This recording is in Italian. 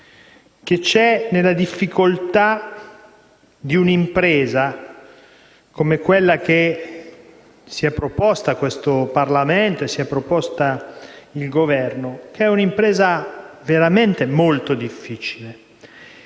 della difficoltà di un'impresa come quella che si è proposta questo Parlamento e lo stesso Governo; è un'impresa veramente molto difficile.